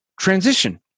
transition